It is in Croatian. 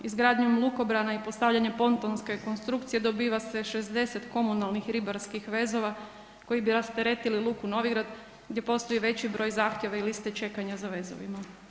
Izgradnjom lukobrana i postavljanjem pontonske konstrukcije dobiva se 60 komunalnih ribarskih vezova koji bi rasteretili luku Novigrad gdje postoji veći broj zahtjeva i liste čekanja za vezovima.